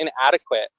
inadequate